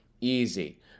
easy